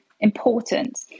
important